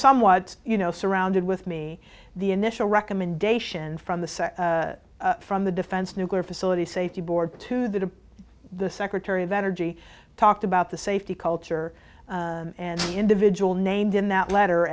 somewhat you know surrounded with me the initial recommendation from the sec from the defense nuclear facility safety board to the to the secretary of energy talked about the safety culture and the individual named in that letter